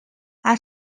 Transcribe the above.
are